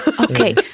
Okay